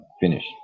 finish